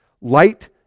light